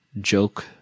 joke